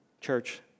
church